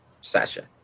session